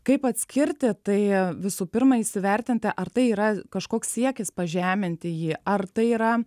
kaip atskirti tai visų pirma įsivertinti ar tai yra kažkoks siekis pažeminti jį ar tai yra